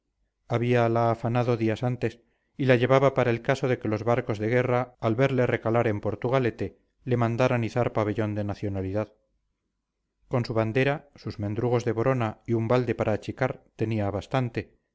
baterías habíala afanado días antes y la llevaba para el caso de que los barcos de guerra al verle recalar en portugalete le mandaran izar pabellón de nacionalidad con su bandera sus mendrugos de borona y un balde para achicar tenía bastante